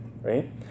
right